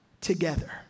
together